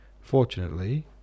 Fortunately—